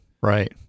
right